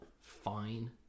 fine